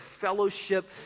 fellowship